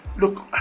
look